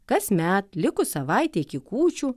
kasmet likus savaitei iki kūčių